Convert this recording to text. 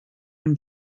amb